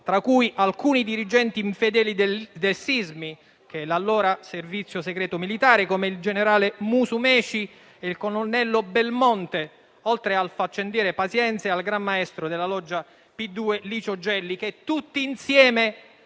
tra cui alcuni dirigenti infedeli del Sismi, l'allora servizio segreto militare, come il generale Musumeci e il colonnello Belmonte, oltre al faccendiere Pazienza e al gran maestro della loggia P2 Licio Gelli, che tutti insieme